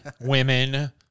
women